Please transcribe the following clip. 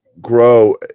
grow